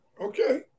Okay